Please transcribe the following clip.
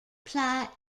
plight